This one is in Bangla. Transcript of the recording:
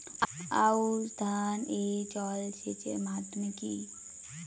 আউশ ধান এ জলসেচের মাধ্যম কি?